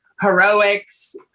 heroics